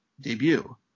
debut